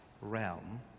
realm